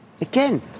Again